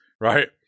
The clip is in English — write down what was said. right